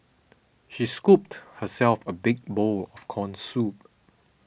she scooped herself a big bowl of Corn Soup